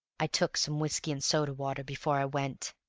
i took some whiskey and soda-water before i went.